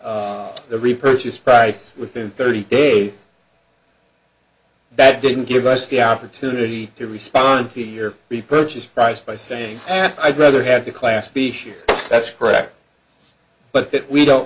tender the repurchase price within thirty days that didn't give us the opportunity to respond to your the purchase price by saying i'd rather have the class be sure that's correct but we don't